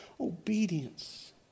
obedience